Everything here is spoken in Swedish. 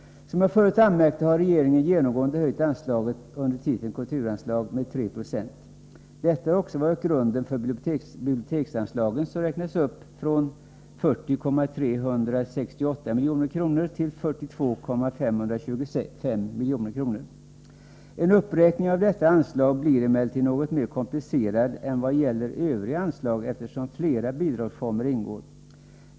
Som jag förut anmärkte har regeringen genomgående höjt anslagen under titeln Kulturanslag med 3 26. Detta har också gällt biblioteksanslaget, som räknats upp från 40,368 till 42,525 milj.kr. En uppräkning av detta anslag blir emellertid något mer komplicerad än när det gäller övriga anslag, eftersom flera bidragsformer ingår.